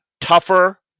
tougher